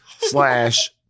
slash